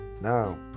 Now